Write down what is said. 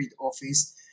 office